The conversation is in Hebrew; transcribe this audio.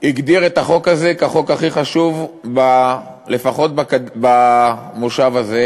הגדיר את החוק הזה כחוק הכי חשוב לפחות במושב הזה,